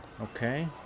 Okay